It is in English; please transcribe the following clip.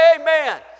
Amen